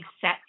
set